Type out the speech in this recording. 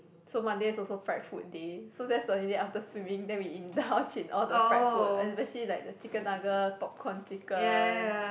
so Monday is also fried food day so that's the only day after swimming then we indulge in all the fried food especially like the chicken nugget popcorn chicken